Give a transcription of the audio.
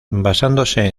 basándose